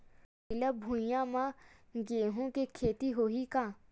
पथरिला भुइयां म गेहूं के खेती होही का?